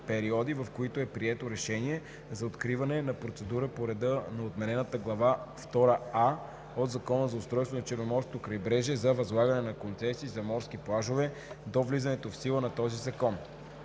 в които е прието решение за откриване на процедура по реда на отменената Глава втора „а“ от Закона за устройството на Черноморското крайбрежие за възлагане на концесии за морски плажове до влизането в сила на този закон.